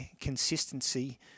consistency